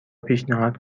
پیشنهاد